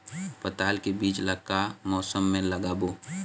पताल के बीज ला का मौसम मे लगाबो?